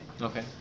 Okay